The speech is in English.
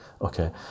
Okay